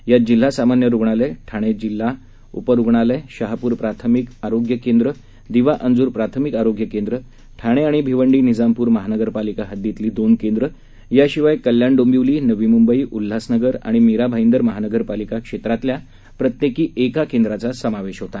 यात जिल्हा सामान्य रुग्णालय ठाणेउपजिल्हा रुग्णालय शहापुर प्राथमिक आरोग्य केंद्र दिवा अंजुर प्राथमिक आरोग्य केंद्र ठाणे आणि भिवंडी निजामपुर महानगरपालिका हद्दीतली दोन केंद्र याशिवाय कल्याण डोंबिवलीनवीमुंबई उल्हासनगर आणि मीरा भाईंदर महानगरपालिका क्षेत्रातल्या प्रत्येकी एका केंद्राचा समावेश होता